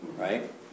Right